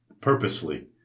purposefully